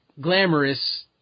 glamorous